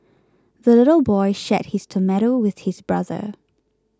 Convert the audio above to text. the little boy shared his tomato with his brother